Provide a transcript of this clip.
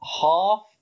half